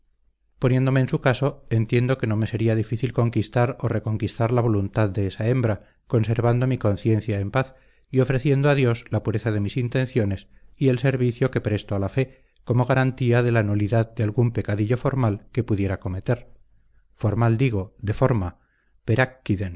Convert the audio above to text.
poniéndome en su caso entiendo que no me sería difícil conquistar o reconquistar la voluntad de esa hembra conservando mi conciencia en paz y ofreciendo a dios la pureza de mis intenciones y el servicio que presto a la fe como garantía de la nulidad de algún pecadillo formal que pudiera cometer formal digo de forma